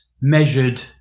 measured